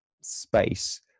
space